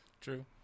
True